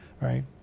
right